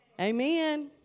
Amen